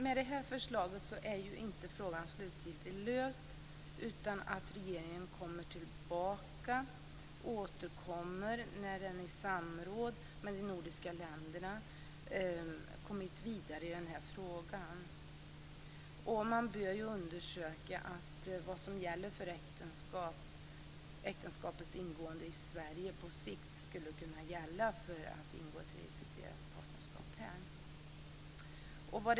Med det här förslaget är inte frågan slutgiltigt löst, utan regeringen kommer att återkomma när den efter samråd med de övriga nordiska länderna kommit vidare i denna fråga. Man bör undersöka om det som gäller för äktenskapets ingående i Sverige på sikt skulle kunna gälla för att ingå registrerat partnerskap här.